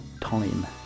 time